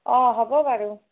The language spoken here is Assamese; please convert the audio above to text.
অঁ হ'ব বাৰু